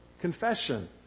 confession